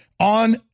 on